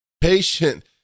patient